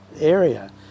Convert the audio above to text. area